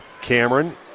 Cameron